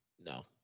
No